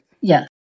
Yes